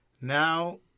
Now